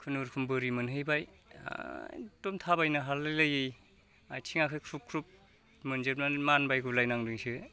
खुनुरुखुम बोरि मोनहैबाय एखदम थाबायनो हालायलायै आइथिं आखाइ ख्रुब ख्रुब मोनजोबनानै मानबायगु लायनांदोंसो